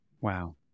Wow